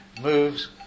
moves